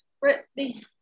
Brittany